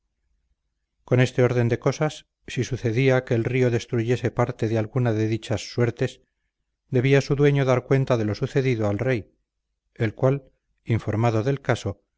con este orden de cosas si sucedía que el río destruyese parte de alguna de dichas suertes debía su dueño dar cuenta de lo sucedido al rey el cual informado del caso